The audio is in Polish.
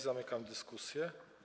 Zamykam dyskusję.